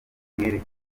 umwere